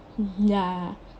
ya